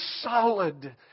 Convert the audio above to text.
solid